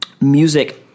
music